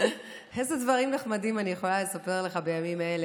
איזה דברים נחמדים אני יכולה לספר לך בימים אלה?